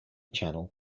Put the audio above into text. channel